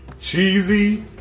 cheesy